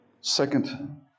Second